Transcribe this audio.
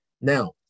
Now